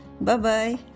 Bye-bye